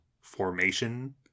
formation